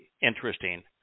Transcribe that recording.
interesting